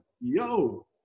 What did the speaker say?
yo